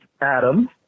Adam